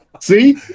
See